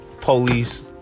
police